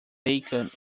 bacon